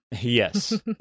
Yes